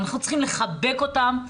אנחנו צריכים לחבק אותם,